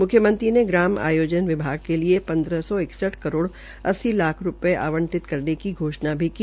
मुख्यमंत्री ने ग्राम आयोजना विभाग के लिए पन्द्रह सौ इकसठ करोड़ अस्सी लाख रूपये आवंटित करने की घोषणा भी की